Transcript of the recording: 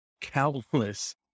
countless